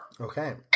Okay